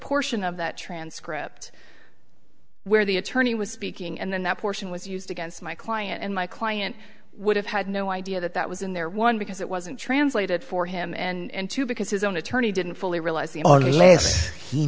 portion of that transcript where the attorney was speaking and then that portion was used against my client and my client would have had no idea that that was in there one because it wasn't translated for him and two because his own attorney didn't fully realize the